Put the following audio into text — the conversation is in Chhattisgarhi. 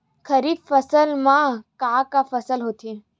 खरीफ फसल मा का का फसल होथे?